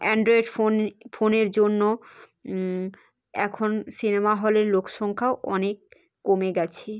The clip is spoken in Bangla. অ্যান্ড্রয়েড ফোন ফোনের জন্য এখন সিনেমা হলের লোক সংখ্যাও অনেক কমে গিয়েছে